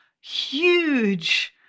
huge